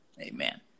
Amen